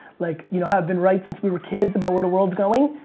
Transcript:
like you know how i've been right since we were kids about where the world's going?